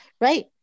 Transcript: Right